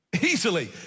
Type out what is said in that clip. Easily